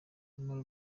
nyamara